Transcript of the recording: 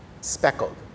speckled